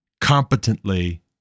competently